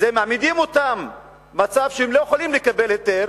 מעמידים אותם במצב שהם לא יכולים לקבל היתר,